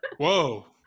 Whoa